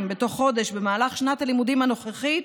בתוך חודש במהלך שנת הלימודים הנוכחית.